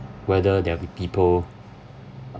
whether there'll be people